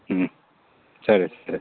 ಹ್ಞೂ ಸರಿ ಕರೆಕ್ಟ್